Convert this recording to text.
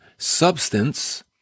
substance